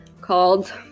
Called